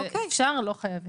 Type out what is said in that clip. אפשר, לא חייבים.